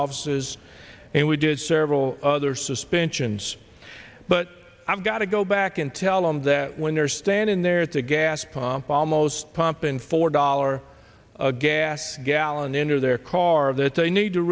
offices and we did several other suspensions but i've got to go back and tell them that when they're standing there at the gas pump almost pumping four dollars gas gallon into their car that they need to